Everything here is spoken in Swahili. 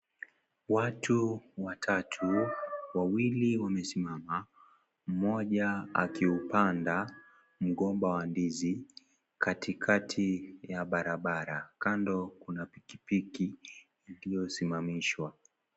Watu watatu wawili wamesimama, mmoja akiupanda mgomba wa ndizi katikati ya barabara. Kando kuna pikipiki iliyosimamishwa.